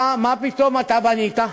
מה פתאום אתה בנית?